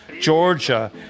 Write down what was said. Georgia